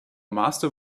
master